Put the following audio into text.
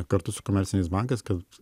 kartu su komerciniais bankais kad